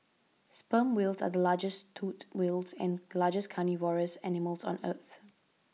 sperm whales are the largest toothed whales and largest carnivorous animals on earth